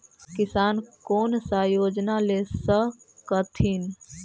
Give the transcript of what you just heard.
किसान कोन सा योजना ले स कथीन?